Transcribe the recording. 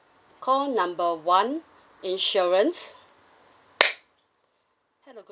call number one insurance hello good